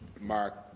mark